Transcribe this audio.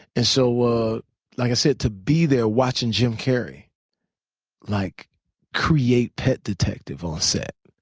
and so ah like i said, to be there watching jim carrey like create pet detective on set,